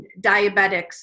diabetics